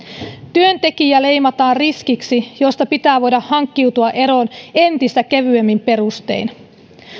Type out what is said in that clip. työntekijä leimataan riskiksi josta pitää voida hankkiutua eroon entistä kevyemmin perustein